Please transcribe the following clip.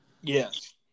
yes